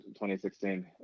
2016